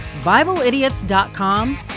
BibleIdiots.com